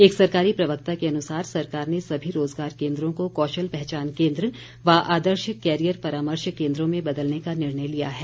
एक सरकारी प्रवक्ता के अनुसार सरकार ने सभी रोजगार केन्द्रों को कौशल पहचान केन्द्र व आदर्श कैरियर परामर्श केन्द्रों में बदलने का निर्णय लिया है